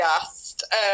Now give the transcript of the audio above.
asked